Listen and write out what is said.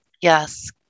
Yes